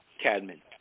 Cadman